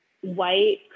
white